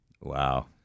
Wow